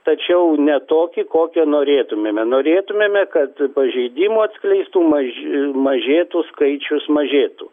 tačiau ne tokį kokio norėtumėme norėtumėme kad pažeidimų atskleistų maži mažėtų skaičius mažėtų